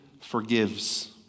forgives